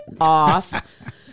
off